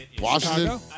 Washington